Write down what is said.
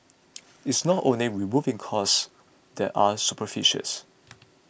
it's not only removing costs that are superfluous